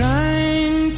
Trying